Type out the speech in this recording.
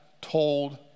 told